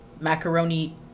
macaroni